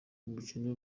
ubukene